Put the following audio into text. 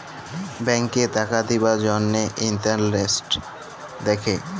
ব্যাংকে টাকা দিবার জ্যনহে ইলটারেস্ট দ্যাখে